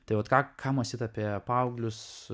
tai vat ka ką mąstyt apie paauglius